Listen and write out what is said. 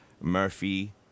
Murphy